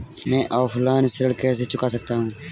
मैं ऑफलाइन ऋण कैसे चुका सकता हूँ?